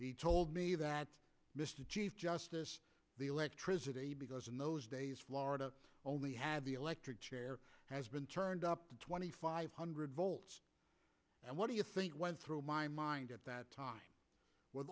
he told me that mr chief justice the electricity because in those days florida only had the electric chair has been turned up to twenty five hundred volts and what do you think went through my mind at that time with